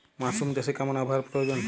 Mushroom চাষে কেমন আবহাওয়ার প্রয়োজন?